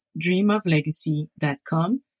dreamoflegacy.com